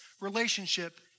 relationship